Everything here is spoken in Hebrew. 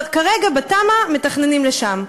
כרגע בתמ"א מתכננים לשם,